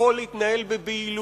הכול התנהל בבהילות,